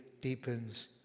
deepens